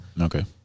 Okay